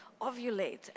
ovulate